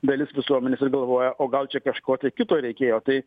dalis visuomenės ir galvoja o gal čia kažko tai kito reikėjo tai